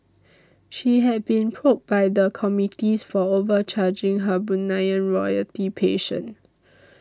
she had been probed by the committees for overcharging her Bruneian royalty patient